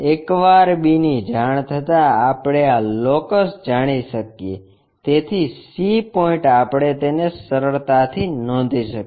એકવાર b ની જાણ થતાં આપણે આ લોકસ જાણી શકીએ તેથી c પોઇન્ટ આપણે તેને સરળતાથી નોંધી શકીએ